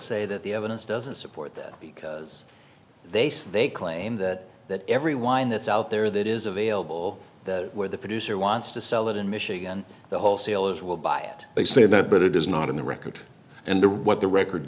say that the evidence doesn't support that because they say they claim that that every wind that's out there that is available where the producer wants to sell it in michigan the wholesalers will buy it they say that but it is not in the record and the what the record